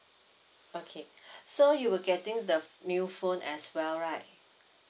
okay so you will getting the new phone as well right